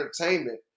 entertainment